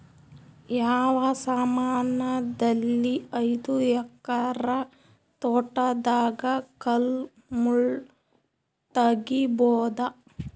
ಯಾವ ಸಮಾನಲಿದ್ದ ಐದು ಎಕರ ತೋಟದಾಗ ಕಲ್ ಮುಳ್ ತಗಿಬೊದ?